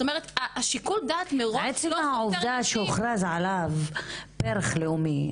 השיקול דעת מראש--- עצם העובדה שהוכרז עליו פרח לאומי,